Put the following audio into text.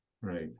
Right